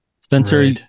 Spencer